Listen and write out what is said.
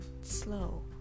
slow